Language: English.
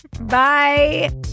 Bye